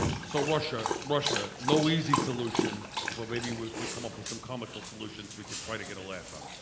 so russia, russia, no easy solution but maybe if we come up with some comical solutions we could try to get a laugh out of